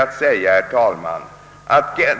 Herr talman!